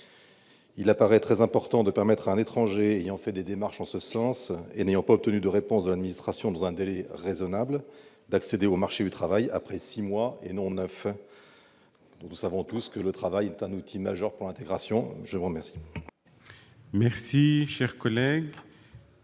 Il paraît très important de permettre à un étranger ayant fait des démarches en ce sens et n'ayant pas obtenu de réponse de l'administration dans un délai raisonnable d'accéder au marché du travail après six mois et non neuf. Nous le savons tous, le travail est un outil majeur pour favoriser l'intégration. L'amendement n° 136 rectifié,